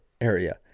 area